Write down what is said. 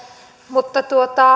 mutta